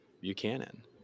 buchanan